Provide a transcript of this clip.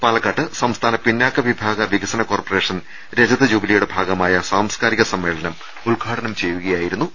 പാല ക്കാട്ട് സംസ്ഥാന പിന്നാക്ക വിഭാഗ വികസന കോർപറേഷൻ രജത ജൂബി ലിയുടെ ഭാഗമായ സാംസ്കാരിക സമ്മേളനം ഉദ്ഘാടനം ചെയ്യുകയായി രുന്നു മന്ത്രി